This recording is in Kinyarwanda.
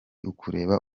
ukureba